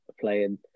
Playing